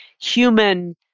human